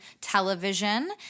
television